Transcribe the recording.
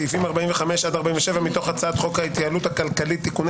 סעיפים 45-57 מתוך הצעת חוק ההתייעלות הכלכלית (תיקוני